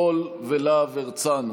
רול ולהב הרצנו,